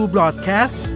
Broadcast